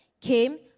came